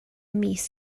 mis